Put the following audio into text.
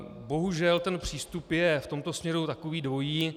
Bohužel ten přístup je v tomto směru takový dvojí.